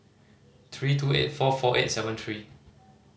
three two eight four four eight seven three